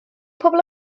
pobl